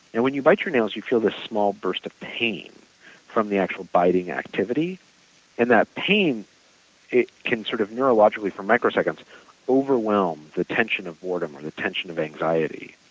and when you bite your nails, you feel the small burst of pain from the actual biting activity and that pain it can sort of neurologically for microseconds overwhelm the tension of boredom and the tension of anxiety.